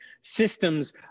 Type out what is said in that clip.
systems